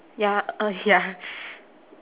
ya uh ya